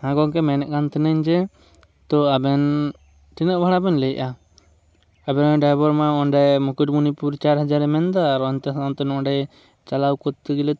ᱦᱮᱸ ᱜᱚᱢᱠᱮ ᱢᱮᱱᱮᱫ ᱠᱟᱱ ᱛᱟᱦᱮᱱᱤᱧ ᱡᱮ ᱛᱚ ᱟᱵᱮᱱ ᱛᱤᱱᱟᱹᱜ ᱵᱷᱟᱲᱟ ᱵᱮᱱ ᱞᱟᱹᱭᱮᱫᱟ ᱟᱵᱮᱱ ᱨᱮᱱ ᱰᱨᱟᱭᱵᱷᱟᱨ ᱢᱟ ᱚᱸᱰᱮ ᱢᱩᱠᱩᱴᱢᱚᱱᱤᱯᱩᱨ ᱪᱟᱨ ᱦᱟᱡᱟᱨᱮ ᱢᱮᱱᱫᱟ ᱟᱵᱟᱨ ᱚᱱᱛᱮ ᱦᱚᱸ ᱚᱱᱛᱮ ᱦᱚᱸ ᱱᱚᱸᱰᱮ ᱪᱟᱞᱟᱣ ᱠᱚᱨᱛᱮ ᱜᱮᱞᱮ